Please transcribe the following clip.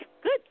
good